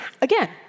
again